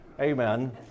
Amen